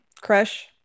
crush